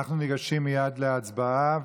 אנחנו ניגשים מייד להצבעה.